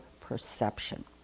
perception